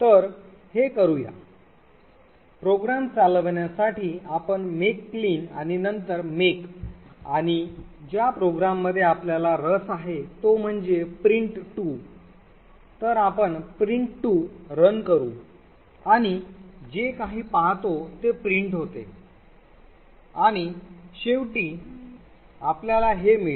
तर हे करूया प्रोग्रॅम चालवण्यासाठी आपण make clean आणि नंतर make आणि ज्या प्रोग्राममध्ये आपल्याला रस आहे तो म्हणजे print2 तर आपण print2 run करू आणि जे काही पाहतो ते प्रिंट होते आणि शेवटी आपल्याला हे मिळते